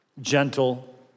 gentle